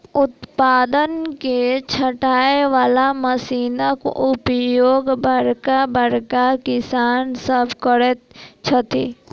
उत्पाद के छाँटय बला मशीनक उपयोग बड़का बड़का किसान सभ करैत छथि